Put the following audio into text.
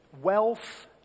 wealth